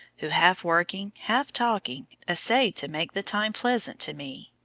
who, half working, half talking, essayed to make the time pleasant to me.